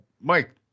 Mike